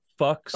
fucks